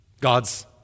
God's